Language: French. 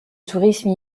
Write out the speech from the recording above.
tourisme